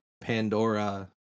Pandora